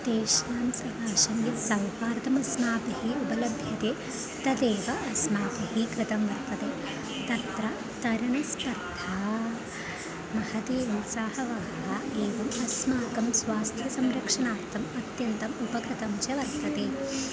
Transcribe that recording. तेषां सकाशं यत् सौहार्दमस्माभिः उपलभ्यते तदेव अस्माभिः कृतं वर्तते तत्र तरणस्पर्धा महती उत्साहः एवम् अस्माकं स्वास्थ्यसंरक्षणार्थम् अत्यन्तम् उपकृतं च वर्तते